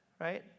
right